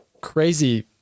crazy